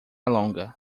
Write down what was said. longa